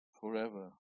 forever